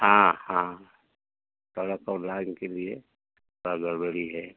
हाँ हाँ सड़क और रायन के लिए थोड़ा गड़बड़ी है